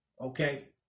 Okay